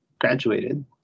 graduated